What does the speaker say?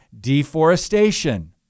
deforestation